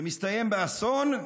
זה מסתיים באסון,